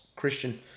Christian